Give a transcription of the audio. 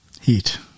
Heat